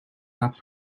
have